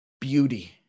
beauty